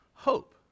hope